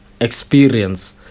experience